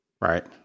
Right